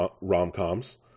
rom-coms